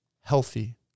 healthy